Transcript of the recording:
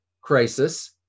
crisis